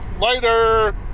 Later